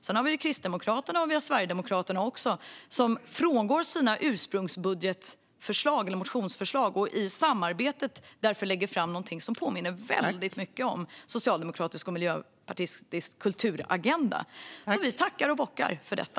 Sedan har vi också Kristdemokraterna och Sverigedemokraterna som frångår sina ursprungsförslag i budgetmotionerna och i samarbetet därför lägger fram någonting som påminner väldigt mycket om socialdemokratisk och miljöpartistisk kulturagenda. Vi tackar och bockar för detta!